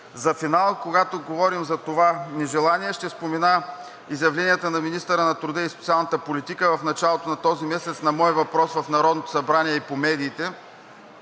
За финал, когато говорим за това нежелание, ще спомена изявленията на министъра на труда и социалната политика в началото на този месец на мой въпрос в Народното събрание и по медиите,